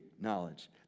knowledge